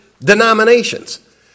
denominations